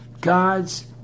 God's